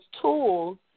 tools